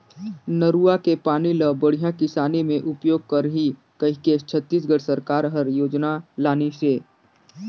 नरूवा के पानी ल बड़िया किसानी मे उपयोग करही कहिके छत्तीसगढ़ सरकार हर योजना लानिसे